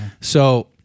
So-